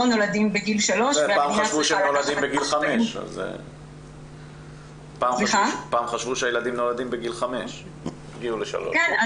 נולדים בגיל 3. פעם חשבו שילדים נולדים בגיל 5. כן.